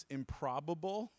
improbable